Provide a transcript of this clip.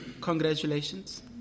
Congratulations